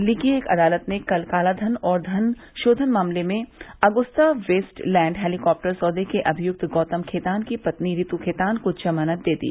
दिल्ली की एक अदालत ने कल कालाधन और धनशोधन मामले में अगुस्ता वेस्ट लैंड हेलीकॉप्टर सौदे के अभियुक्त गौतम खेतान की पत्नी रितू खेतान को जमानत दे दी